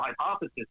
hypothesis